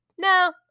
No